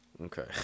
Okay